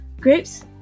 Grapes